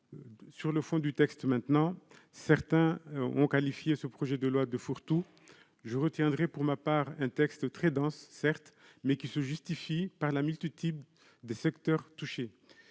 au fond du texte. Certains ont qualifié ce projet de loi de « fourre-tout ». Je retiendrai, pour ma part, un texte très dense, certes, mais qui se justifie par la multitude des secteurs touchés.